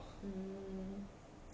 um